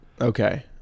Okay